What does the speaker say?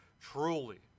truly